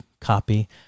copy